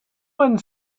one